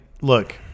look